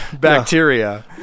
bacteria